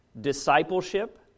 discipleship